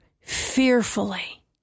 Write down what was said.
fearfully